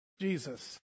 Jesus